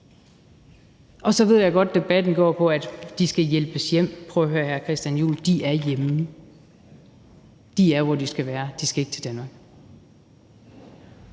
Så ved jeg godt, debatten går på, at de skal hjælpes hjem. Prøv at høre her, Christian Juhl: De er hjemme. De er, hvor de skal være. De skal ikke til Danmark.